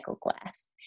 glass